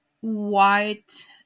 white